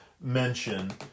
mention